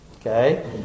Okay